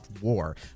War